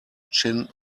chin